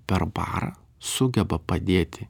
per parą sugeba padėti